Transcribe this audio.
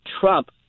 Trump